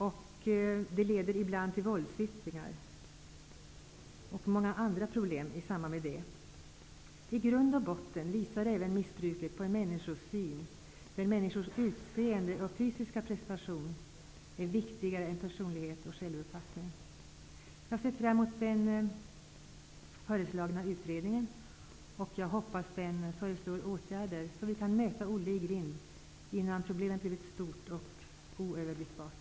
Ibland leder detta missbruk till våldsyttringar och många andra problem i det sammanhanget. I grund och botten visar missbruket även på en människosyn som innebär att människors utseende och fysiska prestation är viktigare än personlighet och självuppfattning. Jag ser alltså fram emot föreslagna utredning och hoppas att den föreslår sådana åtgärder att vi kan mota Olle i grind innan problemet blivit stort och oöverblickbart.